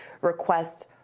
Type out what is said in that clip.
requests